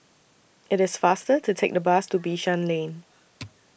IT IS faster to Take The Bus to Bishan Lane